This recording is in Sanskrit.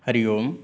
हरिः ओम्